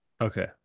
Okay